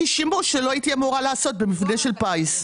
שימוש שלא הייתי אמורה לעשות במבנה של פיס.